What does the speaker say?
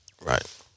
right